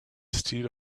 steel